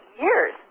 years